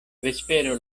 vespero